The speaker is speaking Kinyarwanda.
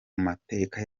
mateka